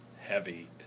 heavy